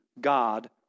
God